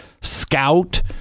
scout